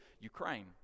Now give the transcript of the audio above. Ukraine